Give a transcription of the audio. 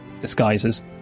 disguises